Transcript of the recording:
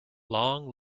long